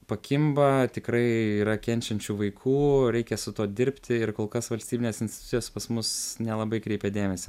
pakimba tikrai yra kenčiančių vaikų reikia su tuo dirbti ir kol kas valstybinės institucijos pas mus nelabai kreipia dėmesį